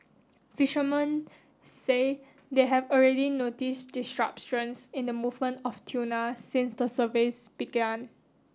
fishermen say they have already noticed disruptions in the movement of tuna since the surveys began